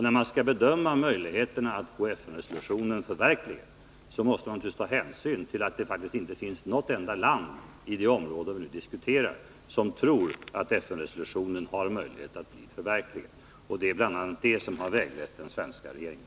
När man skall bedöma möjligheterna att få FN-resolutionen förverkligad måste man naturligtvis ta hänsyn till att det inte finns något enda land i detta område som vi nu diskuterar som tror att FN har möjlighet att förverkliga den här resolutionen. Det är bl.a. det som har väglett den svenska regeringen.